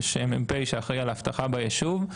מ"פ שאחראי על האבטחה ביישוב,